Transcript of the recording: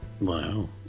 Wow